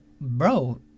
bro